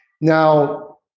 Now